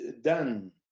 done